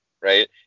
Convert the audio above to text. right